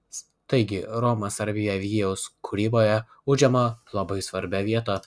taigi roma sarbievijaus kūryboje užima labai svarbią vietą